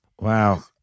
Wow